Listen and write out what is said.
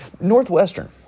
Northwestern